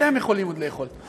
אתם יכולים עוד לאכול.